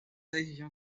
edición